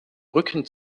rücken